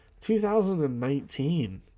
2019